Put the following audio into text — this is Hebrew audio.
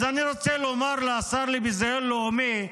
אז אני רוצה לומר לשר לביזיון לאומי: